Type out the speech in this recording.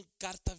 carta